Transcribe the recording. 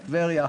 על טבריה.